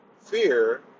fear